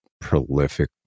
prolific